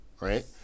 right